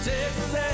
Texas